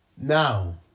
Now